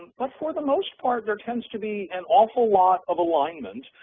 but for the most part there tends to be an awful lot of alignment.